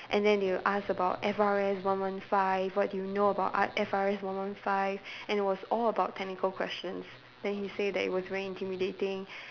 and then they will ask about F_R_S one one five what do you know about art F_R_S one one five and it was all about technical questions then he say that it was very intimidating